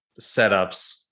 setups